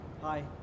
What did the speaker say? hi